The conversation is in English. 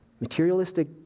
materialistic